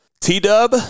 T-Dub